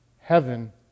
Heaven